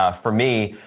ah for me,